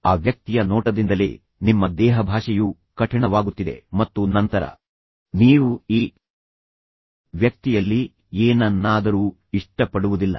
ಆ ವ್ಯಕ್ತಿಯ ನೋಟದಿಂದಲೇ ನಿಮ್ಮ ದೇಹಭಾಷೆಯು ಕಠಿಣವಾಗುತ್ತಿದೆ ಮತ್ತು ನಂತರ ನೀವು ಈ ವ್ಯಕ್ತಿಯಲ್ಲಿ ಏನನ್ನಾದರೂ ಇಷ್ಟಪಡುವುದಿಲ್ಲ